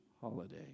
holiday